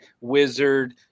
Wizard